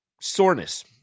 Soreness